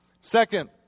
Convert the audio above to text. Second